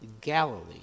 Galilee